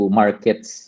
markets